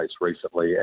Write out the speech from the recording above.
recently